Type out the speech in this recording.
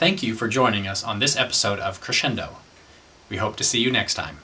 thank you for joining us on this episode of crescendo we hope to see you next time